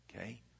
Okay